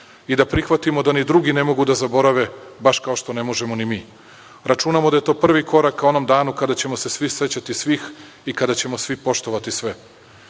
na da prihvatimo da ni drugi ne mogu da zaborave, baš kao što ne možemo ni mi. Računamo da je to prvi korak ka onom danu kada ćemo se svi sećati svih i kada ćemo svi poštovati sve,